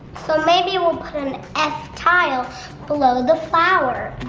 so maybe we'll put an f tile below the flower.